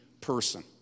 person